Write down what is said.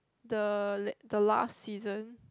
the le~ the last season